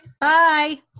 Bye